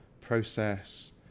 process